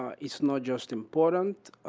ah it's not just important.